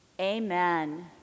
Amen